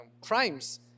crimes